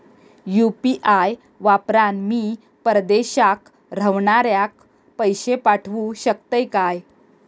UPI वापरान मी परदेशाक रव्हनाऱ्याक पैशे पाठवु शकतय काय?